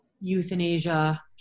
euthanasia